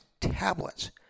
tablets